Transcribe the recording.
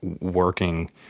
working